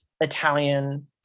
Italian